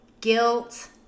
guilt